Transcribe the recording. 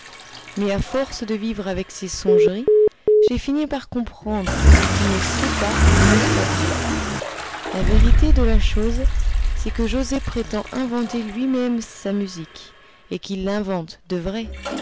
mais à force de vivre avec ses songeries j'ai fini par comprendre ce qu'il ne sait pas ou n'ose pas dire la vérité de la chose c'est que joset prétend inventer lui-même sa musique et qu'il l'invente